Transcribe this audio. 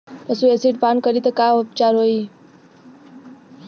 पशु एसिड पान करी त का उपचार होई?